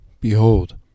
Behold